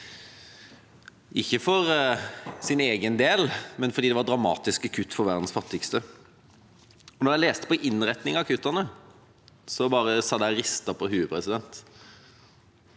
ikke for sin egen del, men fordi det var dramatiske kutt for verdens fattigste. Da jeg leste om innretningen av kuttene, satt jeg bare og ristet på hodet.